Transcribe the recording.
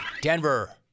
Denver